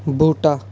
बूह्टा